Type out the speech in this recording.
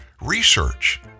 research